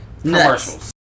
commercials